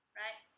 right